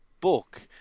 book